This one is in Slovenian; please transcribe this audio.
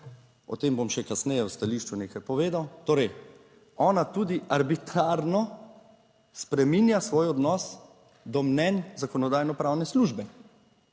o tem bom še kasneje v stališču nekaj povedal. Torej ona tudi arbitrarno spreminja svoj odnos do mnenj Zakonodajno-pravne službe.